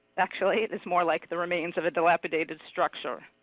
actually, it's more like the remains of a dilapidated structure.